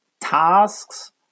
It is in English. Tasks